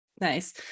nice